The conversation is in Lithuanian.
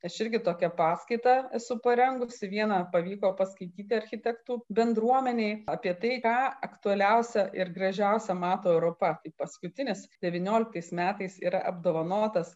aš irgi tokią paskaitą esu parengusi vieną pavyko paskaityti architektų bendruomenei apie tai ką aktualiausia ir gražiausia mato europa paskutinis devynioliktais metais yra apdovanotas